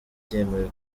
byemewe